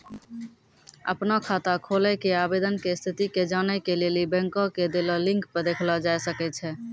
अपनो खाता खोलै के आवेदन के स्थिति के जानै के लेली बैंको के देलो लिंक पे देखलो जाय सकै छै